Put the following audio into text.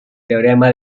teorema